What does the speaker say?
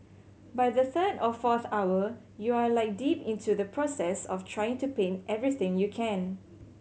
by the third or fourth hour you are like deep into the process of trying to paint everything you can